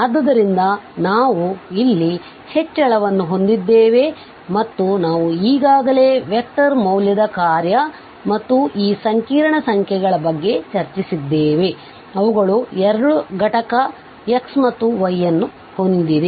ಆದ್ದರಿಂದ ನಾವು ಅಲ್ಲಿ ಹೆಚ್ಚಳವನ್ನುಹೊಂದಿದ್ದೇವೆ ಮತ್ತು ನಾವು ಈಗಾಗಲೇ ವೆಕ್ಟರ್ ಮೌಲ್ಯದ ಕಾರ್ಯ ಮತ್ತು ಈ ಸಂಕೀರ್ಣ ಸಂಖ್ಯೆಗಳ ಬಗ್ಗೆ ಚರ್ಚಿಸಿದ್ದೇವೆ ಅವುಗಳು 2 ಘಟಕ x ಮತ್ತು y ಅನ್ನು ಹೊಂದಿವೆ